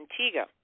Antigua